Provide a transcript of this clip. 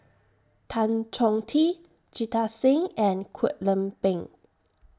Tan Chong Tee Jita Singh and Kwek Leng Beng